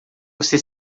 você